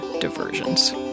Diversions